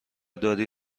داری